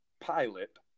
pilot